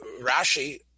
Rashi